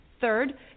Third